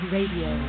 Radio